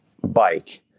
bike